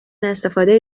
استفاده